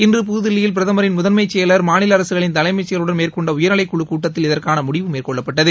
இன்று புதுதில்லியில் பிரதமரின் முதன்மைச் செயவர் மாநில அரசுகளின் தலைமைச் செயவர்களுடன் மேற்கொண்ட உயர்நிலைக் குழு கூட்டத்தில் இதற்கான முடிவு மேற்கொள்ளப்பட்டது